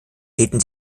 hielten